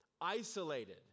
isolated